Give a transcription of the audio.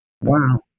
Wow